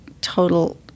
total